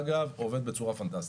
אגב עובד בצורה פנטסטית.